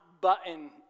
button